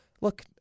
look